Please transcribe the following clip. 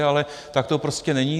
Ale tak to prostě není.